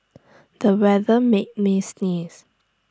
the weather made me sneeze